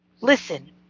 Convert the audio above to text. Listen